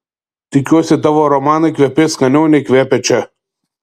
tikiuosi tavo romanai kvepės skaniau nei kvepia čia